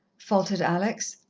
faltered alex.